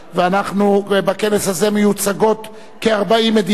בכנס הזה מיוצגות כ-40 מדינות,